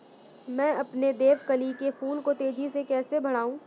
मैं अपने देवकली के फूल को तेजी से कैसे बढाऊं?